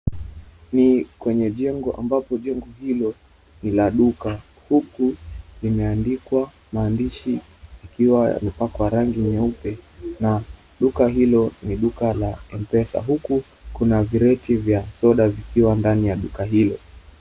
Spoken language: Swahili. Ni kwenye jengo ambapo jengo hilo linaduka, huku limeandikwa maandishi yakiwa yamepakwa rangi nyeupe na duka hilo ni duka la mpesa huku kuna vireti vya soda vikiwa ndani ya duka hilo.